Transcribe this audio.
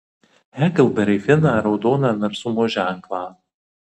heklberį finą raudoną narsumo ženklą